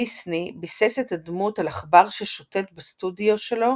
דיסני ביסס את הדמות על עכבר ששוטט בסטודיו שלו